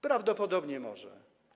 Prawdopodobnie może.